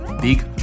big